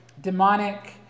demonic